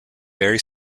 very